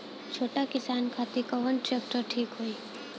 छोट किसान खातिर कवन ट्रेक्टर ठीक होई?